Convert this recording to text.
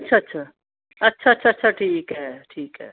ਅੱਛਾ ਅੱਛਾ ਅੱਛਾ ਅੱਛਾ ਅੱਛਾ ਠੀਕ ਹੈ ਠੀਕ ਹੈ